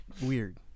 weird